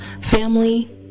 family